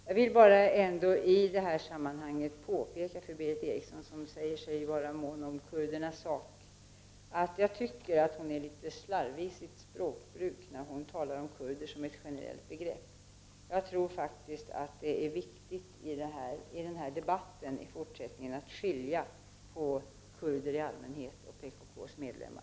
Jag vill ändå i det här sammanhanget påpeka för Berith Eriksson, som säger sig vara mån om kurdernas sak, att jag tycker hon är litet slarvig i sitt språkbruk när hon talar om kurder som ett generellt begrepp. Det är viktigt i fortsättningen att i den här debatten skilja mellan kurder i allmänhet och PKK:s medlemmar.